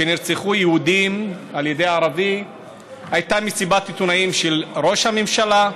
כשנרצחו יהודים על ידי ערבי הייתה מסיבת עיתונאים של ראש הממשלה,